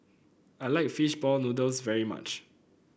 I like fish ball noodles very much